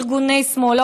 ארגוני שמאל,